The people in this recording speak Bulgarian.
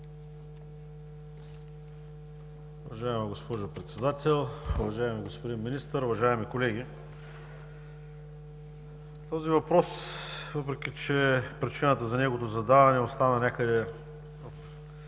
Уважаема госпожо Председател, уважаеми господин Министър, уважаеми колеги! Този въпрос, въпреки че причината за неговото задаване остана някъде